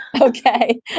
Okay